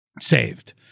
saved